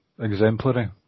exemplary